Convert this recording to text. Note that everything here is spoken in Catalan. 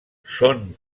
són